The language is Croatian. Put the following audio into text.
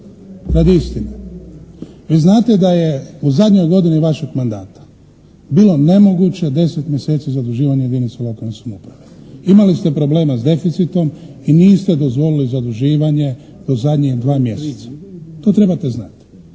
radi istine. Vi znate da je u zadnjoj godini vašeg mandata bilo nemoguće 10 mjeseci zaduživanje jedinice lokalne samouprave. Imali ste problema sa deficitom i niste dozvolili zaduživanje u zadnjih dva mjeseca. To trebate znati.